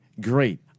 great